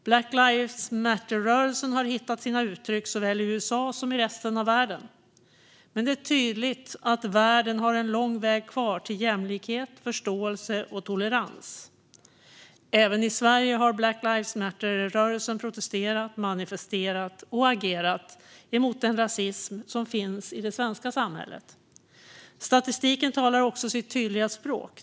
Black lives matter-rörelsen har hittat sina uttryck såväl i USA som i resten av världen, men det är tydligt att världen har en lång väg kvar till jämlikhet, förståelse och tolerans. Även i Sverige har Black lives matter-rörelsen protesterat, manifesterat och agerat mot den rasism som finns i det svenska samhället. Statistiken talar också sitt tydliga språk.